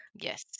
Yes